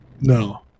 No